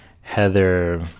Heather